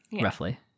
roughly